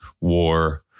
war